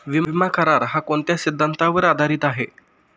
विमा करार, हा कोणत्या सिद्धांतावर आधारीत आहे?